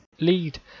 lead